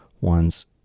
ones